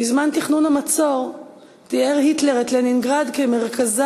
בזמן תכנון המצור תיאר היטלר את לנינגרד כמרכזה